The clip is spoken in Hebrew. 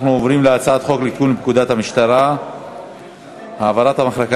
אנחנו עוברים להצעת חוק לתיקון פקודת המשטרה (העברת המחלקה